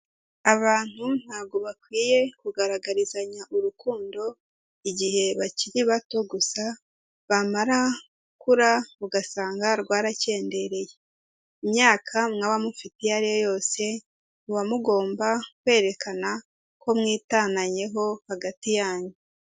Abantu ntabwo bakwiye kugaragarizanya urukundo, igihe bakiri bato gusa, bamara gukura ugasanga rwarakendereye, imyaka mwaba mufite iyo ari yo yose, muba mugomba kwerekana ko mwitananyeho hagati yanyu.